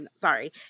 Sorry